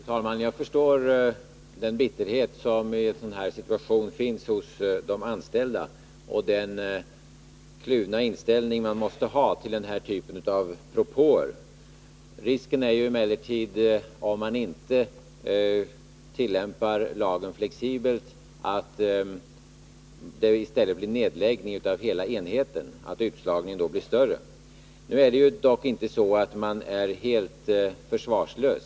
Fru talman! Jag förstår den bitterhet som i den här situationen finns hos de anställda och den kluvna inställning man måste ha till den här typen av propåer. Om man inte tillämpar lagen flexibelt är emellertid risken att det blir en nedläggning av hela enheten i stället för en inskränkning och att utslagningen då blir större. Det är dock inte så att man är helt försvarslös.